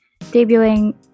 debuting